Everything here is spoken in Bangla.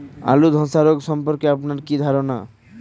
আলু ধ্বসা রোগ সম্পর্কে আপনার ধারনা কী?